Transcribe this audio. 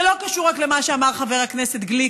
זה לא קשור רק למה שאמר חבר הכנסת גליק,